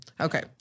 Okay